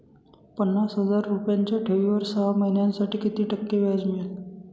पन्नास हजार रुपयांच्या ठेवीवर सहा महिन्यांसाठी किती टक्के व्याज मिळेल?